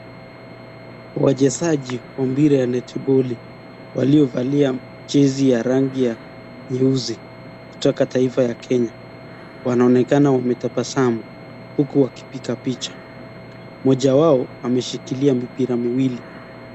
Wachezaji wa mpira ya Netiboli walio valia jersey ya rangi nyeusi kutoka taifa la Kenya wanaonekana wametabasamu huku wakipiga picha. Mmoja wao ameshikilia mipira miwili.